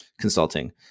consulting